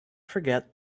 forget